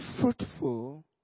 fruitful